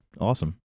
awesome